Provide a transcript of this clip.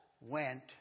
went